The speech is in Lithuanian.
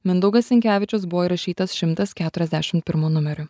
mindaugas sinkevičius buvo įrašytas šimtas keturiasdešim pirmu numeriu